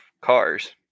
cars